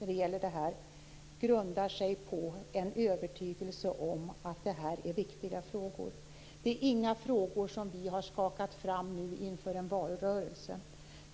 när det gäller de här frågorna grundar sig på en övertygelse om att det är viktiga frågor. Det är inte några frågor som vi har skakat fram nu inför en valrörelse.